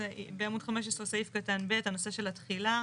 בעמוד 15 סעיף קטן ב', הנושא של התחילה.